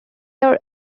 are